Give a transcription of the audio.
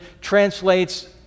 translates